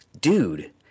dude